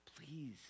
please